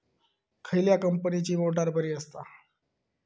खयल्या कंपनीची मोटार बरी असता?